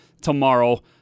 tomorrow